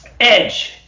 Edge